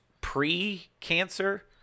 pre-cancer